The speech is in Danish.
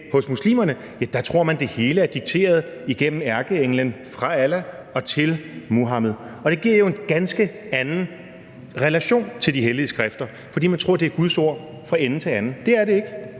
kommer direkte fra Vorherre – er dikteret igennem ærkeenglen fra Allah og til Muhammed, og det giver jo en ganske anden relation til de hellige skrifter, fordi man tror, at det er Guds ord fra ende til anden. Det er det ikke.